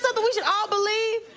so but we should all believe?